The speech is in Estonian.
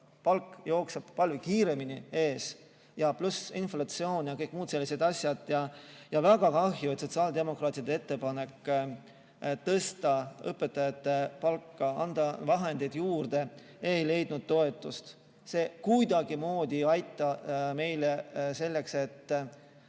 palk jookseb palju kiiremini eest ära, pluss inflatsioon ja kõik muud sellised asjad. Väga kahju, et sotsiaaldemokraatide ettepanek tõsta õpetajate palka, anda vahendeid juurde, ei leidnud toetust. See kuidagimoodi ei aita kaasa sellele, et